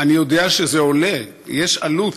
אני יודע שזה עולה, יש עלות.